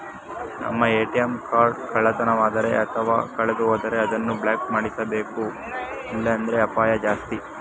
ನಮ್ಮ ATM card ಕಳ್ಳತನವಾದರೆ ಅಥವಾ ಕಳೆದುಹೋದರೆ ಅದನ್ನು ಬ್ಲಾಕ್ ಮಾಡಿಸಬೇಕು ಇಲ್ಲಾಂದ್ರೆ ಅಪಾಯ ಜಾಸ್ತಿ